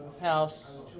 house